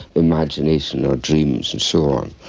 imagination or dreams and so on.